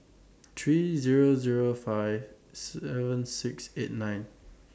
three Zero Zero five seven six eight nine